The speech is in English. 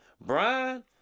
Brian